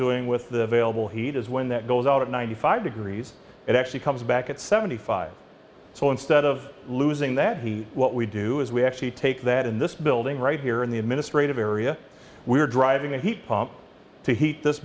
doing with the vailable heat is when that goes out at ninety five degrees it actually comes back at seventy five so instead of losing that he what we do is we're she take that in this building right here in the administrative area we're driving a heat pump to heat this